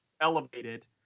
elevated